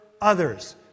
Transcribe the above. others